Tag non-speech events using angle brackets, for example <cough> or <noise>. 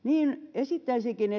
esittäisinkin <unintelligible>